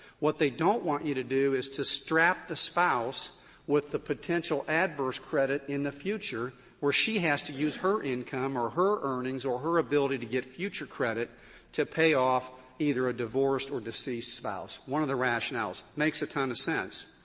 what they don't want you to do is to strap the spouse with the potential adverse credit in the future where she has to use her income or her earnings or her ability to get future credit to pay off either a divorced or deceased spouse. one of the rationales. makes a ton of sense.